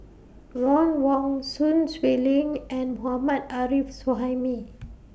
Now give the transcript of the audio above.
Ron Wong Sun Xueling and Mohammad Arif Suhaimi